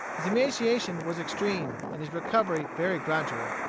his emaciation was extreme, and his recovery very gradual.